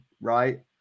Right